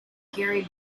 gary